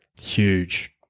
huge